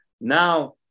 Now